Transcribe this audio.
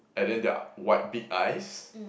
and then their wide big eyes